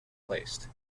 placed